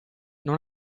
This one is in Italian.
non